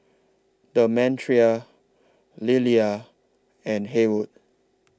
Demetria Lila and Haywood